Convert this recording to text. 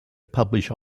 publish